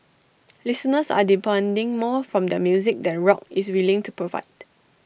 listeners are demanding more from their music than rock is willing to provide